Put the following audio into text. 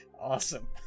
Awesome